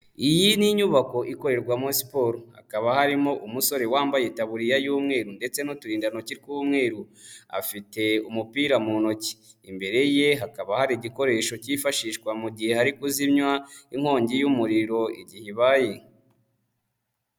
Iyi ni inyubako ikorerwamo siporo, hakaba harimo umusore wambaye itaburiya y'umweru ndetse n'uturindantoki tw'umweru, afite umupira mu ntoki, imbere ye hakaba hari igikoresho cyifashishwa mu gihe hari kuzimywa inkongi y'umuriro igihe ibaye.